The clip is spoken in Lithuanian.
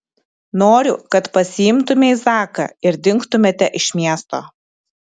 noriu kad pasiimtumei zaką ir dingtumėte iš miesto